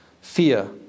fear